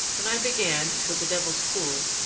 when i began, with the devil's pool,